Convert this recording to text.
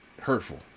hurtful